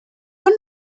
und